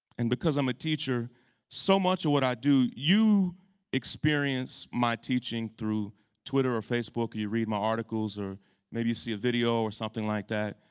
and because i'm a teacher so much of what i do, you experience my teaching through twitter or facebook, or you read my articles, or maybe you see a video, or something like that.